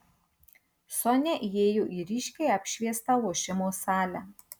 sonia įėjo į ryškiai apšviestą lošimo salę